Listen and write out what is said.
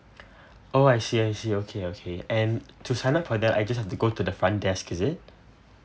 oh I see I see okay okay and to sign up for that I just have to go to the front desk is it